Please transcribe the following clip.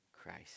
Christ